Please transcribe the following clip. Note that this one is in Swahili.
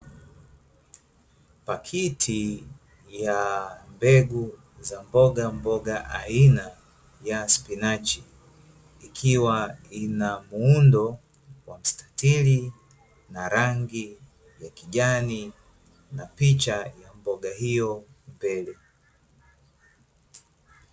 Pakiti ya mbegu za mbogamboga aina ya spinachi, ikiwa ina muundo wa mstatili na rangi ya kijani, na picha ya mboga hiyo mbele.